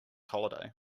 holiday